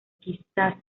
quizás